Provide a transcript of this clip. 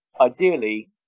ideally